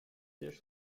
sièges